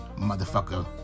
motherfucker